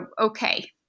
okay